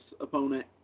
opponent